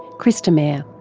kris de meyer